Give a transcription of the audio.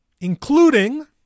including